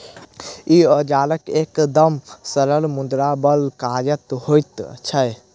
ई औजार एकदम सरल मुदा बड़ काजक होइत छै